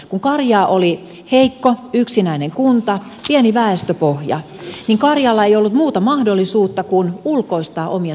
kun karjaa oli heikko yksinäinen kunta pieni väestöpohja niin karjaalla ei ollut muuta mahdollisuutta kuin ulkoistaa omia toimintojaan